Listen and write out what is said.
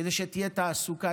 כדי שתהיה תעסוקה.